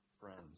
friends